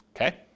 Okay